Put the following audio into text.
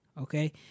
okay